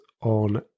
on